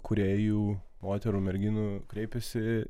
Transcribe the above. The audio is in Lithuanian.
kūrėjų moterų merginų kreipėsi